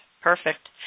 perfect